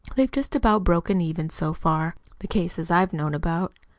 they've just about broken even so far the cases i've known about.